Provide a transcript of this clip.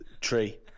Tree